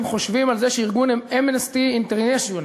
חושבים על זה שארגון "אמנסטי אינטרנשיונל"